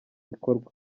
bikorwa